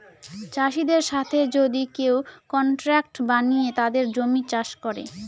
চাষীদের সাথে যদি কেউ কন্ট্রাক্ট বানিয়ে তাদের জমি চাষ করে